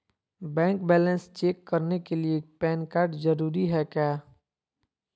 Bank balance check करने के लिए पैन कार्ड जरूरी है क्या?